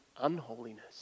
unholiness